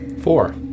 Four